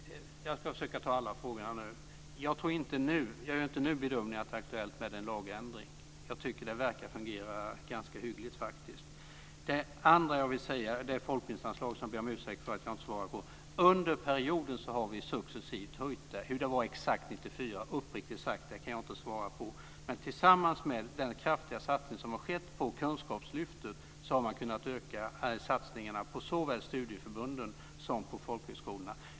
Fru talman! Jag ska försöka besvara alla frågorna. Jag gör inte nu den bedömningen att det är aktuellt med en lagändring. Jag tycker faktiskt att det verkar fungera ganska hyggligt. Den andra frågan gällde folkbildningsanslaget. Jag ber om ursäkt för att jag inte svarade på den. Vi har under perioden successivt höjt det anslaget. Exakt hur det var 1994 kan jag inte svara på, men tillsammans med den kraftiga satsning som har skett på Kunskapslyftet har man kunnat öka satsningarna på såväl studieförbunden som folkhögskolorna.